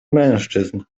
mężczyzn